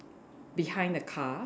behind the car